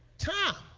tom!